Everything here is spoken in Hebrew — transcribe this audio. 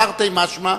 תרתי משמע,